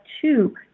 two